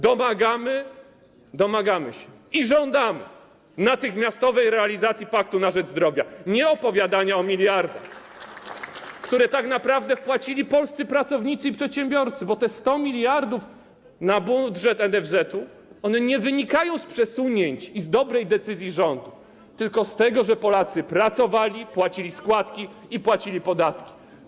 Domagamy się i żądamy natychmiastowej realizacji paktu na rzecz zdrowia, a nie opowiadania o miliardach, które tak naprawdę wpłacili polscy pracownicy i przedsiębiorcy, bo 100 mld na budżet NFZ nie wynika z przesunięć i z dobrej decyzji rządu, tylko z tego, że Polacy pracowali, płacili składki i płacili podatki.